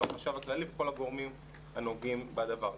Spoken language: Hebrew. החשב הכללי ועם כל הגורמים הנוגעים בדבר.